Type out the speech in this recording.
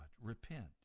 Repent